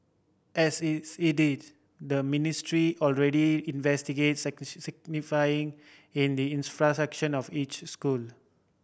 as its it is the Ministry already investigate in the infrastructure of each school